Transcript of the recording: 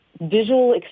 visual